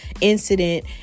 incident